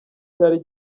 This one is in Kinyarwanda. cyari